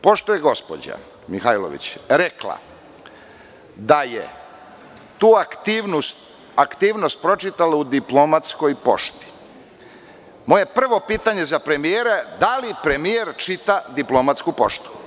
Pošto je gospođa Mihajlović rekla da je tu aktivnost pročitala u diplomatskoj prošlosti, moje prvo pitanje za premijera jeda li premijer čita diplomatsku poštu?